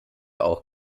auch